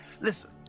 Listen